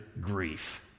Grief